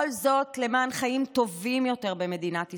כל זאת למען חיים טובים יותר במדינת ישראל,